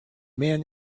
man